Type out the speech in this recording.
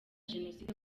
jenoside